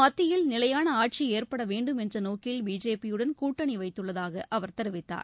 மத்தியில் நிலையான ஆட்சி ஏற்பட வேண்டும் என்ற நோக்கில் பிஜேபியுடன் கூட்டணி வைத்துள்ளதாக அவர் தெரிவித்தார்